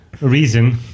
reason